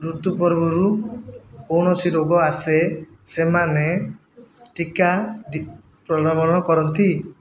ଋତୁ ପୂର୍ବରୁ କୌଣସି ରୋଗ ଆସେ ସେମାନେ ଟିକା ପ୍ରଲୋଭନ କରନ୍ତି